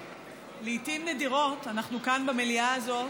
לעיתים נדירות אנחנו מדברים כאן, במליאה הזאת,